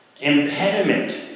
impediment